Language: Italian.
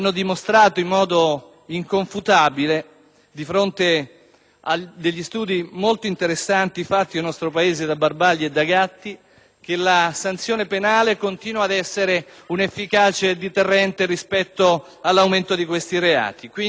a studi molto interessanti fatti nel nostro Paese da Barbagli e Gatti, che la sanzione penale continua ad essere un efficace deterrente rispetto all'aumento di questi reati. Dunque, ci siamo già incamminati in questa direzione